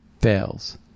fails